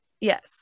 Yes